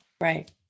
Right